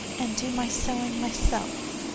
and do my sewing myself.